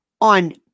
On